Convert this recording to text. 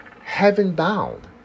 heaven-bound